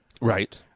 Right